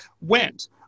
went